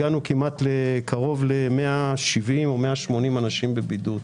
הגענו לקרוב ל-180 אנשים בבידוד.